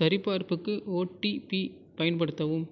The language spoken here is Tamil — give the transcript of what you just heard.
சரிபார்ப்புக்கு ஓடிபி பயன்படுத்தவும்